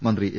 മന്ത്രി എ